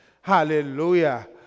Hallelujah